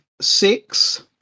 six